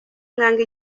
mwanga